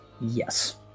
Yes